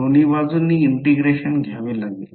दोन्ही बाजूंनी इंटिग्रेशन घ्यावे लागेल